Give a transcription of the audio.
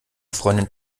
freundin